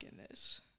goodness